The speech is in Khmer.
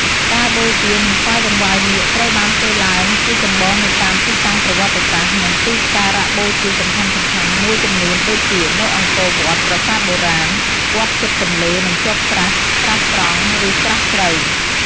ការបូជា និងថ្វាយតង្វាយនាគត្រូវបានធ្វើឡើងជាចម្បងនៅតាមទីតាំងប្រវត្តិសាស្ត្រ និងទីសក្ការៈបូជាសំខាន់ៗមួយចំនួន ដូចជា នៅអង្គរវត្ត ប្រាសាទបុរាណ វត្តជិតទន្លេនិងជាប់ស្រះ ស្រះស្រង់ ឬ ស្រះជ្រៅ។